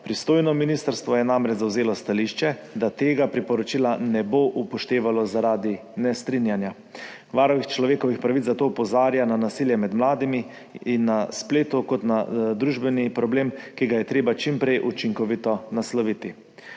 Pristojno ministrstvo je namreč zavzelo stališče, da tega priporočila ne bo upoštevalo zaradi nestrinjanja. Varuh človekovih pravic zato opozarja na nasilje med mladimi in na spletu kot na družbeni problem, ki ga je treba čim prej učinkovito nasloviti.